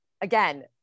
again